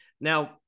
Now